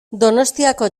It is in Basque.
donostiako